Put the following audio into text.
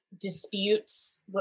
disputes